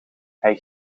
hij